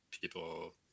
people